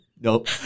Nope